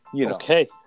Okay